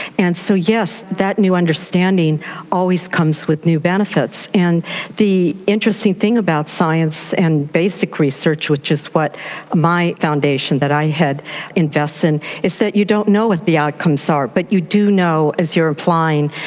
and so yes, that new understanding always comes with new benefits. and the interesting thing about science and basic research, which is what my foundation that i had invests in, is that you don't know what the outcomes are but you do know, as you are implying,